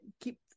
keep